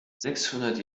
sechshundert